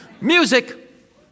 Music